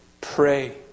pray